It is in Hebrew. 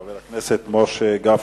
חבר הכנסת משה גפני.